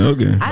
Okay